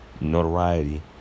notoriety